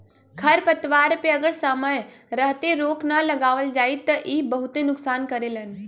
खरपतवार पे अगर समय रहते रोक ना लगावल जाई त इ बहुते नुकसान करेलन